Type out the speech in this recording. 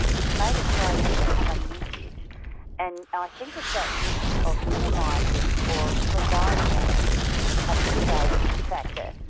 it's made its way into common usage and i think it's at risk of minimizing, or providing a a mitigating factor,